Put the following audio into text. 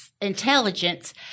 intelligence